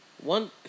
One